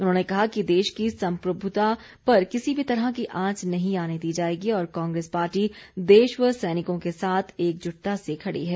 उन्होंने कहा कि देश की सम्प्रभुता पर किसी भी तरह की आंच नहीं आने दी जाएगी और कांग्रेस पार्टी देश व सैनिकों के साथ एकजुटता से खड़ी है